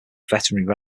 veterinary